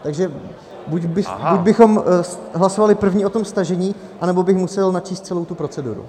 Takže buď bychom hlasovali první o tom stažení, nebo bych musel načíst celou tu proceduru.